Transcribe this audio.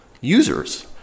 users